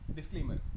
Disclaimer